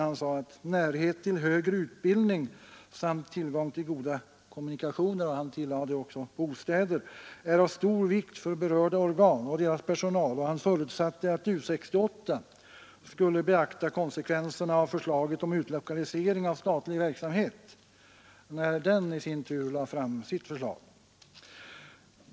Han talade om närheten till högre utbildning samt tillgången till goda kommunikationer och tillade att bostäder är av stor vikt för berörda organ och deras personal. Han förutsatte vidare att U 68 skulle beakta konsekvenserna av förslaget om utlokalisering av statlig verksamhet, när den utredningen i sin tur lade fram sitt förslag.